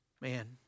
man